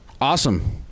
Awesome